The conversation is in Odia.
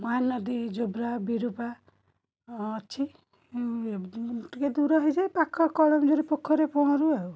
ମହାନଦୀ ଯୋବ୍ରା ବିରୂପା ଅଛି ଟିକେ ଦୂର ହେଇଯାଏ ପାଖ କଳମ ଜରି ପୋଖରୀରେ ପହଁରୁ ଆଉ